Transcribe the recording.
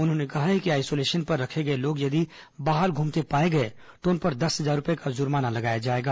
उन्होंने कहा है कि आईसोलेशन पर रखे गए लोग यदि बाहर घूमते पाए गए तो उन पर दस हजार रूपये जुर्माना लगाया जाएगा